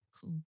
cool